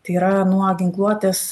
tai yra nuo ginkluotės